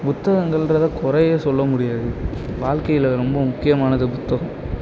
புத்தகங்கள்ன்றது குறையே சொல்ல முடியாது வாழ்க்கையில் ரொம்பம் முக்கியமானது புத்தகம்